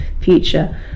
future